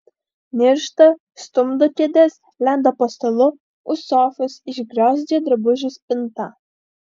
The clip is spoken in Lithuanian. niršta stumdo kėdes lenda po stalu už sofos išgriozdžia drabužių spintą